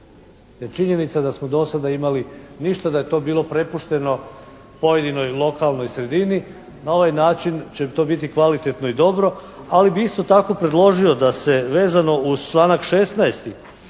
Jer činjenica je da smo do sada imali ništa, da je to bilo prepušteno pojedinoj lokalnoj sredini. Na ovaj način će to biti kvalitetno i dobro, ali bi isto tako predložio da se vezano uz članak 16.